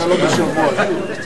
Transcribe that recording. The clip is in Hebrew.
קצת התרגשות.